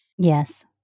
Yes